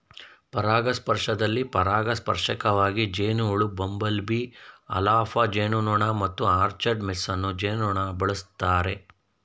ಪರಾಗಸ್ಪರ್ಶದಲ್ಲಿ ಪರಾಗಸ್ಪರ್ಶಕವಾಗಿ ಜೇನುಹುಳು ಬಂಬಲ್ಬೀ ಅಲ್ಫಾಲ್ಫಾ ಜೇನುನೊಣ ಮತ್ತು ಆರ್ಚರ್ಡ್ ಮೇಸನ್ ಜೇನುನೊಣ ಬಳಸ್ತಾರೆ